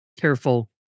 careful